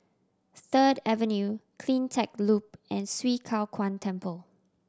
Third Avenue Cleantech Loop and Swee Kow Kuan Temple